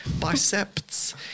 biceps